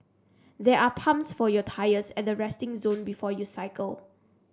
they are pumps for your tyres at the resting zone before you cycle